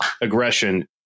aggression